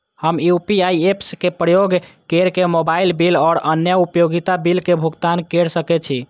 हम UPI apps के उपयोग केर के मोबाइल बिल और अन्य उपयोगिता बिल के भुगतान केर सके छी